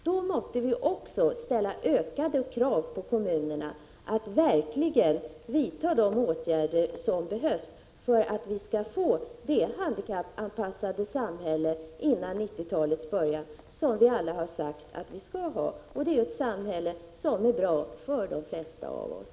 Då måste vi också ställa ökade krav på kommunerna att verkligen vidta de åtgärder som behövs för att vi skall få det handikappanpassade samhälle som vi alla har sagt att vi skall ha före 1990-talets början. Det är ett samhälle som är bra för de flesta av oss.